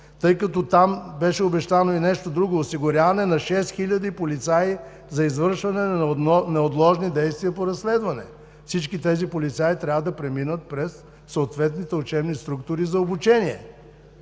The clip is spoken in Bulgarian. тъй като там беше обещано и нещо друго – осигуряване на 6 хил. полицаи за извършване на неотложни действия по разследване. Всички тези полицаи трябва да преминат през съответните учебни структури за обучение.